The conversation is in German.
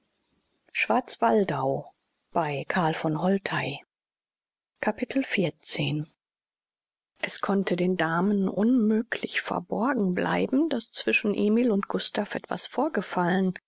es konnte den damen unmöglich verborgen bleiben daß zwischen emil und gustav etwas vorgefallen